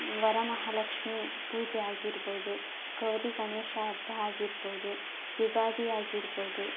ವರ ಮಹಾಲಕ್ಷ್ಮೀ ಪೂಜೆ ಆಗಿರ್ಬೋದು ಗೌರಿ ಗಣೇಶ ಹಬ್ಬ ಆಗಿರ್ಬೋದು ಯುಗಾದಿ ಆಗಿರ್ಬೋದು